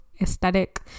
aesthetic